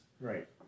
Right